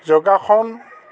যোগাসন